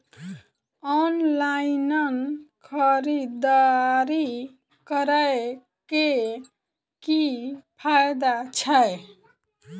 Online खरीददारी करै केँ की फायदा छै?